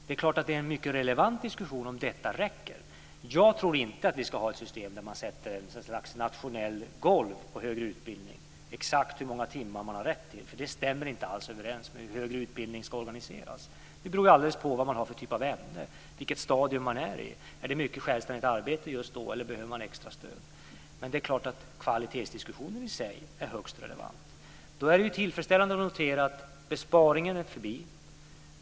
Det är klart att det är en mycket relevant diskussion om detta räcker. Jag tror inte att vi ska ha ett system där man sätter något slags nationellt golv på högre utbildning och säger exakt hur många timmar man har rätt till. Det stämmer nämligen inte alls överens med hur högre utbildning ska organiseras. Det beror ju alldeles på vad man har för typ av ämne, vilket stadium man är i, om det är mycket självständigt arbete just då eller om man behöver extra stöd. Men det är klart att kvalitetsdiskussionen i sig är högst relevant. Då är det tillfredsställande att notera att besparingarna är förbi.